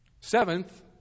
Seventh